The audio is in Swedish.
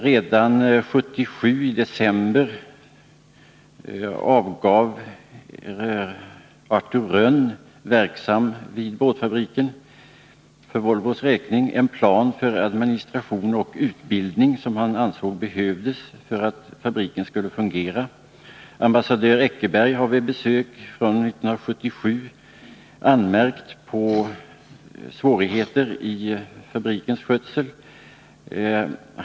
Redan i december 1977 avgav Artur Rönn, för Volvos räkning verksam vid båtfabriken, en plan för den administration och utbildning som han ansåg vara nödvändig för att fabriken skulle fungera. Ambassadör Eckerberg har vid besök 1977 anmärkt på svårigheter beträffande fabrikens skötsel.